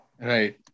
Right